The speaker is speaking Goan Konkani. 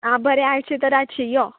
आं बरें आठशीं तर आठशीं यो